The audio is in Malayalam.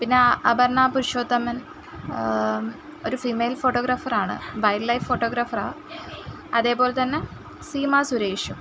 പിന്ന അപർണ്ണ പുരുഷോത്തമൻ ഒരു ഫീമെയിൽ ഫോട്ടോഗ്രാഫർ ആണ് വൈൽഡ്ലൈഫ് ഫോട്ടോഗ്രാഫർ ആണ് അതേപോലെ തന്നെ സീമാ സുരേഷും